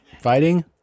fighting